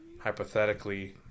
hypothetically